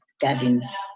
gardens